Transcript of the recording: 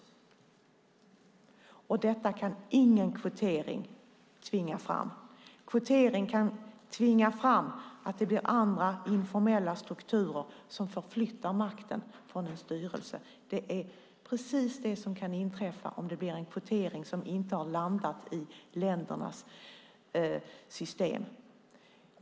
Det kan ingen kvotering tvinga fram. Kvotering kan tvinga fram andra, informella, strukturer som förflyttar makten från en styrelse. Det är vad som kan inträffa om det blir fråga om kvotering som inte har landat i ländernas system.